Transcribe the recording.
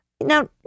Now